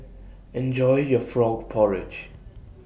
Enjoy your Frog Porridge